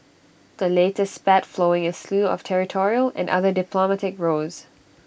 the latest spat flowing A slew of territorial and other diplomatic rows